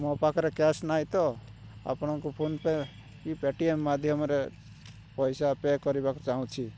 ମୋ ପାଖରେ କ୍ୟାସ୍ ନାହିଁ ତ ଆପଣଙ୍କୁ ଫୋନ୍ ପେ କି ପେଟିଏମ୍ ମାଧ୍ୟମରେ ପଇସା ପେ କରିବାକୁ ଚାହୁଁଛି